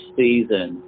season